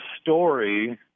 story